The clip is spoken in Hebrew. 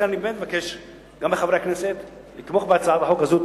לכן אני באמת מבקש גם מחברי הכנסת לתמוך בהצעת החוק הזאת.